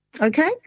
okay